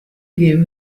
gave